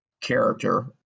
character